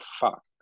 fuck